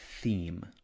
theme